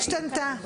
המציאות השתנתה,